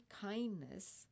kindness